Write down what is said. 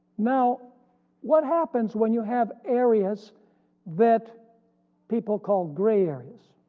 now what happens when you have areas that people call grey areas?